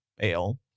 Ale